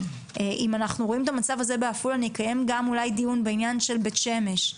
אם אנחנו רואים את המצב הזה בעפולה נקיים גם את הדיון הזה על בית שמש.